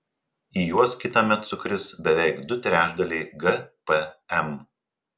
į juos kitąmet sukris beveik du trečdaliai gpm